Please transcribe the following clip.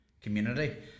community